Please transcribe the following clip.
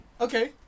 Okay